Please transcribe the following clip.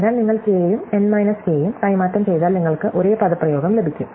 അതിനാൽ നിങ്ങൾ k യും n മൈനസ് k യും കൈമാറ്റം ചെയ്താൽ നിങ്ങൾക്ക് ഒരേ പദപ്രയോഗം ലഭിക്കും